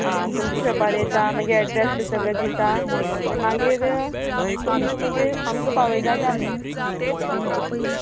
आं तुमच्या शोपार येतां मागीर एड्रेस बी सगळे दितां आनी मागीर तुमका मागीर आमकां पावयल्यार जालें डिलीवरी